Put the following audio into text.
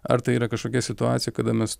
ar tai yra kažkokia situacija kada mes